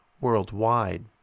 Worldwide